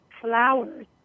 flowers